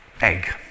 Egg